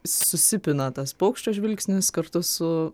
susipina tas paukščio žvilgsnis kartu su